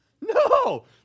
No